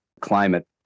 climate